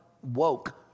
woke